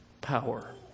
power